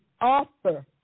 Author